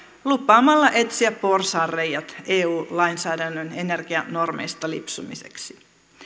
lupaamalla etsiä porsaanreiät eu lainsäädännön energianormeista lipsumiseksi